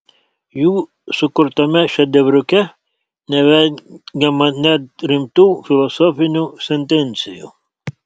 jų sukurtame šedevriuke nevengiama net rimtų filosofinių sentencijų